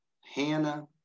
Hannah